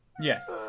yes